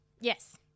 Yes